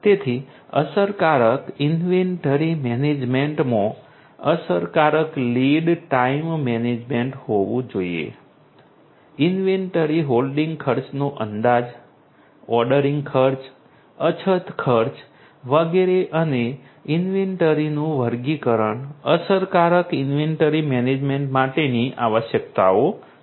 તેથી અસરકારક ઈન્વેન્ટરી મેનેજમેન્ટમાં અસરકારક લીડ ટાઈમ મેનેજમેન્ટ હોવું જોઈએ ઈન્વેન્ટરી હોલ્ડિંગ ખર્ચનો અંદાજ ઓર્ડરિંગ ખર્ચ અછત ખર્ચ વગેરે અને ઈન્વેન્ટરીનું વર્ગીકરણ અસરકારક ઈન્વેન્ટરી મેનેજમેન્ટ માટેની આવશ્યકતાઓ છે